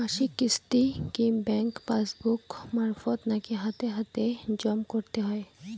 মাসিক কিস্তি কি ব্যাংক পাসবুক মারফত নাকি হাতে হাতেজম করতে হয়?